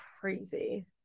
crazy